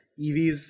EVs